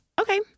Okay